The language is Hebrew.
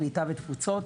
קליטה ותפוצות,